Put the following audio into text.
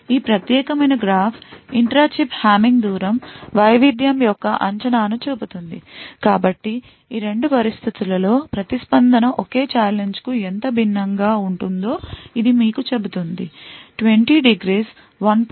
ఈ ప్రత్యేకమైన graph intra chip Hamming దూరం వైవిధ్యం యొక్క అంచనాను చూపుతుంది కాబట్టి ఈ 2 పరిస్థితుల లో ప్రతి స్పందన ఒకే ఛాలెంజ్కు ఎంత భిన్నంగా ఉంటుందో ఇది మీకు చెబుతుంది 20 ° 1